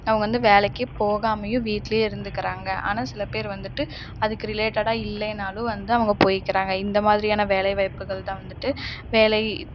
அவங்க வந்து வேலைக்கே போகமயும் வீட்டிலயே இருந்துக்கிறாங்க ஆனால் சில பேர் வந்துட்டு அதுக்கு ரிலேட்டடாக இல்லைன்னாலும் வந்து அவங்க போய்க்கிறாங்க இந்த மாதிரியான வேலைவாய்ப்புகள் தான் வந்துட்டு வேலை